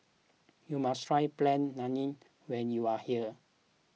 you must try Plain Naan when you are here